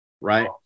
Right